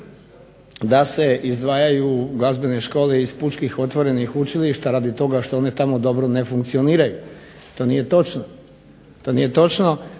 da se izdvajaju glazbene škole iz pučkih otvorenih učilišta radi toga što one tamo dobro ne funkcioniraju. To nije točno.